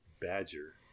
Badger